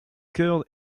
chœur